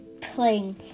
playing